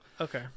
Okay